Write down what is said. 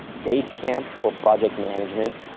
basecamp for project management,